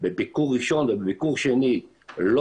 בביקור ראשון ובביקור שני לא